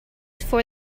for